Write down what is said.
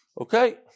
Okay